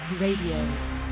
RADIO